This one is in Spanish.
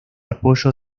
apoyo